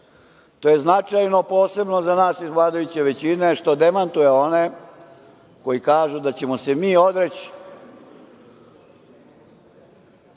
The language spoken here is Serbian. To je značajno, posebno za nas iz vladajuće većine, što demantuje one koji kažu da ćemo se mi odreći